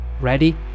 Ready